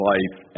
Life